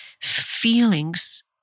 feelings